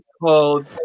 called